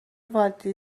والت